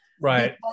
Right